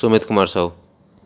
Sumit Kumar Sahu